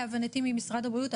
להבנתי ממשרד הבריאות,